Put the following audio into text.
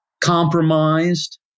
compromised